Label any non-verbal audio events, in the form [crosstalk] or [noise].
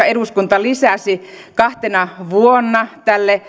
[unintelligible] eduskunta lisäsi kahtena vuonna